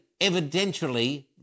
evidentially